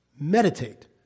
meditate